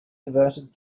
diverted